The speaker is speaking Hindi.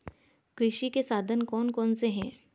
कृषि के साधन कौन कौन से हैं?